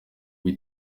bari